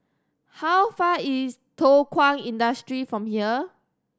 how far is Thow Kwang Industry from here